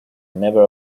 never